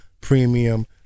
premium